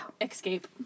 escape